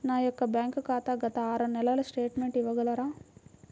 నా యొక్క బ్యాంక్ ఖాతా గత ఆరు నెలల స్టేట్మెంట్ ఇవ్వగలరా?